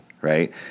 right